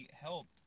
helped